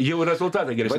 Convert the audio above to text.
jų ir rezultatai geresni